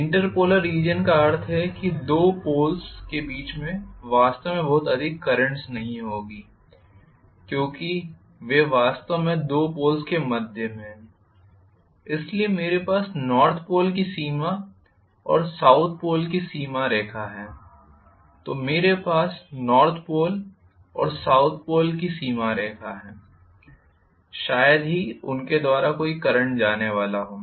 inter polar region का अर्थ है कि दो पोल्स के बीच में वास्तव में बहुत अधिक करेंट्स नहीं होंगी क्योंकि वे वास्तव में दो पोल्स के मध्य में हैं इसलिए मेरे पास नॉर्थ पोल की सीमा रेखा और दक्षिण पोल की सीमा रेखा है तो मेरे पास नॉर्थ पोल और साउथ पोल की सीमा रेखा है शायद ही उनके द्वारा कोई करंट जाने वाला हो